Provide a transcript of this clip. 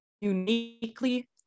uniquely